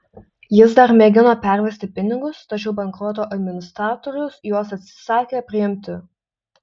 jis dar mėgino pervesti pinigus tačiau bankroto administratorius juos atsisakė priimti